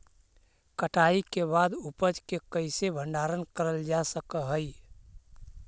कटाई के बाद उपज के कईसे भंडारण करल जा सक हई?